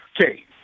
Okay